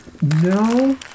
No